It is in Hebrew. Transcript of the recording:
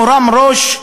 מורם ראש,